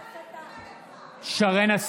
בעד שרן מרים